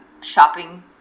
shopping